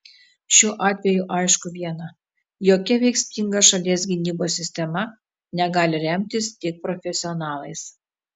šiuo atveju aišku viena jokia veiksminga šalies gynybos sistema negali remtis tik profesionalais